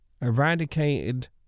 eradicated